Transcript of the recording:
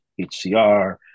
HCR